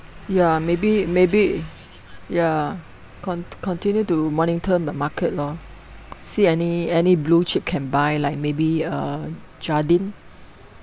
ya maybe maybe ya con~ continue to monitor the market lor see any any blue chip can buy like maybe uh Jardine